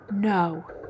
No